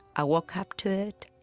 i walk up to it,